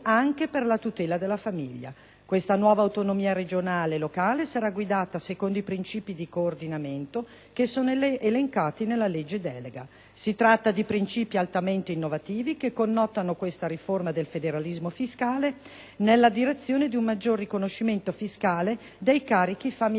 anche per la tutela della famiglia. Questa nuova autonomia regionale e locale sarà guidata secondo i princìpi di coordinamento che sono elencati nella legge delega. Si tratta di princìpi altamente innovativi, che connotano questa riforma del federalismo fiscale nella direzione di un maggiore riconoscimento fiscale dei carichi familiari